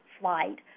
flight